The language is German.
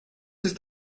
ist